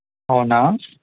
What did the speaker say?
అవునా